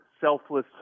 selfless